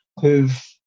who've